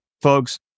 folks